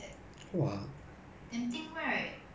I wouldn't even use the shoe I don't even exercise